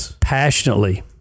Passionately